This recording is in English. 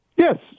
Yes